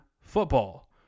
football